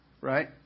Right